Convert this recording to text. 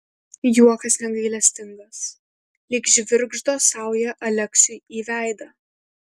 juokas negailestingas lyg žvirgždo sauja aleksiui į veidą